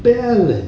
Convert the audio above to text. balance